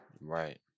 Right